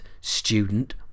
student